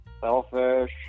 selfish